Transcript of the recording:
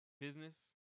business